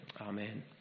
amen